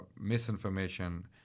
misinformation